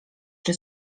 czy